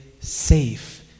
safe